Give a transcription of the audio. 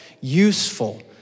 useful